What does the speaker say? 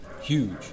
Huge